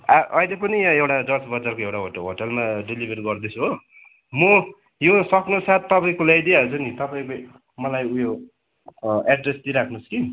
आ अहिले पनि एउटा जज बजारको एउचा होटेलमा डेलिभेरी गर्दैछु हो म यो सक्नु साथ तपाईँको ल्याइ दिइहाल्छु नि तपाईँको मलाई उयो एड्रेस दिइ राख्नुहोस् कि